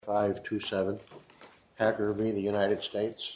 five to seven hacker b in the united states